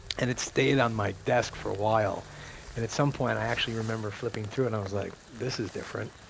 and it stayed on my desk for a while and at some point i actually remember flipping through it and i was like, this is different,